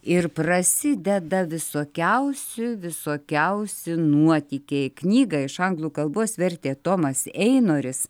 ir prasideda visokiausių visokiausi nuotykiai knygą iš anglų kalbos vertė tomas einoris